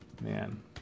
Man